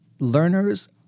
Learners